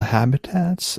habitats